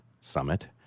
summit